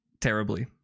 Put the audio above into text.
terribly